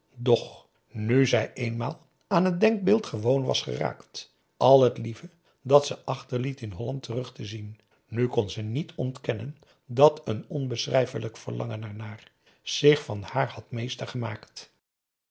doch nu zij eenmaal aan het denkbeeld gewoon was geraakt al het lieve dat ze achterliet in holland terug te zien nu kon ze niet ontkennen dat een onbeschrijfelijk verlangen ernaar zich van haar meester had gemaakt